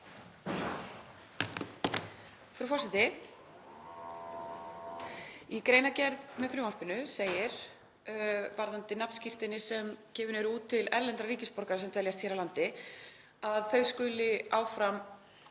Frú forseti. Í greinargerð með frumvarpinu segir varðandi nafnskírteini sem gefin eru út til erlendra ríkisborgara sem dveljast hér á landi að þau skuli áfram